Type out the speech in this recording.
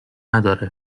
نداره